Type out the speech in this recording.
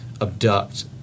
Abduct